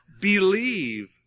believe